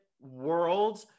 world